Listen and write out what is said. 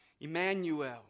Emmanuel